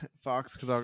Fox